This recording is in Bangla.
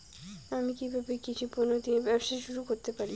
আমি কিভাবে কৃষি পণ্য দিয়ে ব্যবসা শুরু করতে পারি?